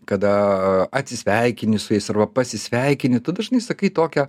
kada atsisveikini su jais arba pasisveikini tu dažnai sakai tokią